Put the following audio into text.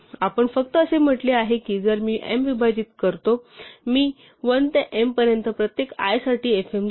आपण फक्त असे म्हटले आहे की जर मी m विभाजित करतो मी 1 ते m पर्यंत प्रत्येक i साठी fm जोडतो